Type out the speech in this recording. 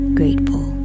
grateful